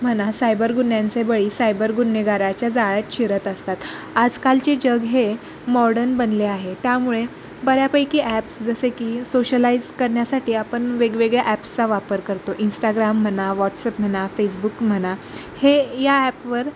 म्हणा सायबर गुन्ह्यांचे बळी सायबर गुन्हेगाराच्या जाळ्यात शिरत असतात आजकालचे जग हे मॉडर्न बनले आहे त्यामुळे बऱ्यापैकी ॲप्स जसे की सोशलाईज करण्यासाठी आपण वेगवेगळ्या ॲप्सचा वापर करतो इंस्टाग्राम म्हणा व्हॉट्सअप म्हणा फेसबुक म्हणा हे या ॲपवर